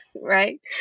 right